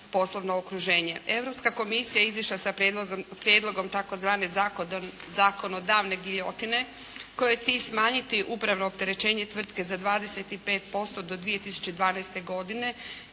poslovno okruženje. Europska komisija je izišla sa prijedlogom tzv. zakonodavne giljotine kojoj je cilj smanjiti upravno opterećenje tvrtke za 25% do 2012. godine